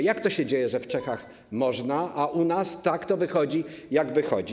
Jak to się dzieje, że w Czechach można, a u nas tak to wychodzi, jak wychodzi?